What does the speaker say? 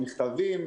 מכתבים,